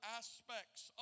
aspects